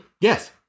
yes